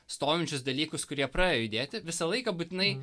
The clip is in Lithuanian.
stovinčius dalykus kurie pradeda judėti visą laiką būtinai